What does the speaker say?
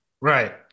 right